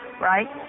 right